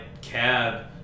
cab